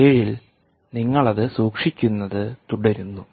7 ൽ നിങ്ങൾ അത് സൂക്ഷിക്കുന്നത് തുടരുന്നു